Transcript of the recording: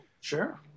sure